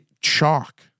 Chalk